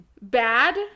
Bad